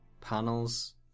panels